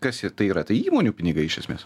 kas jie tai yra tai įmonių pinigai iš esmės